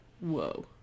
Whoa